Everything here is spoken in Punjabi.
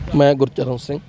ਮੈਂ ਗੁਰਚਰਨ ਸਿੰਘ